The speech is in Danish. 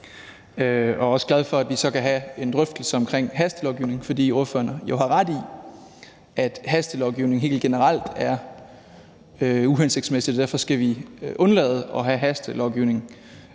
er også glad for, at vi så kan have en drøftelse om hastelovgivning, for ordføreren har jo ret i, at hastelovgivning helt generelt er uhensigtsmæssigt. Derfor skal vi undlade at have hastelovgivning